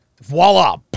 voila